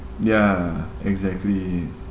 ya exactly